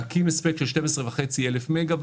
להקים הספק של 12,500 מגה-ואט,